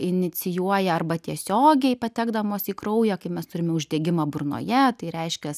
inicijuoja arba tiesiogiai patekdamos į kraują kai mes turime uždegimą burnoje tai reiškias